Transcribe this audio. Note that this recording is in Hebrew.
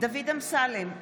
דוד אמסלם,